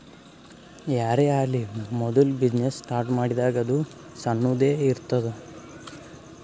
ಯಾರೇ ಆಲಿ ಮೋದುಲ ಬಿಸಿನ್ನೆಸ್ ಸ್ಟಾರ್ಟ್ ಮಾಡಿದಾಗ್ ಅದು ಸಣ್ಣುದ ಎ ಇರ್ತುದ್